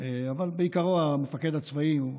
אבל בעיקרון המפקד הצבאי הוא